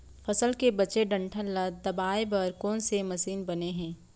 फसल के बचे डंठल ल दबाये बर कोन से मशीन बने हे?